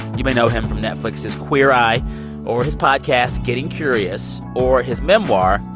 you may know him from netflix's queer eye or his podcast, getting curious, or his memoir,